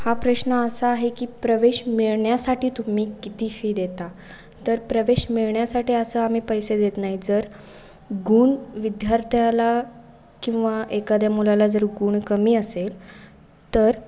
हा प्रश्न असा आहे की प्रवेश मिळण्यासाठी तुम्ही किती फी देता तर प्रवेश मिळण्यासाठी असं आम्ही पैसे देत नाही जर गुण विद्यार्थ्याला किंवा एखाद्या मुलाला जर गुण कमी असेल तर